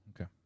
Okay